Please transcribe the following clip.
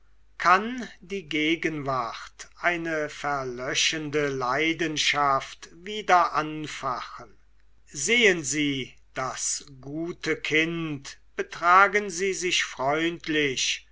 kann die gegenwart eine verlöschende leidenschaft wieder anfachen sehen sie das gute kind betragen sie sich freundlich